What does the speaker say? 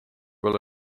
olla